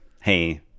hey